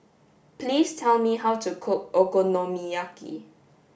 please tell me how to cook Okonomiyaki